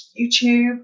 YouTube